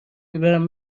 میبرم